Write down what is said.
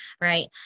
right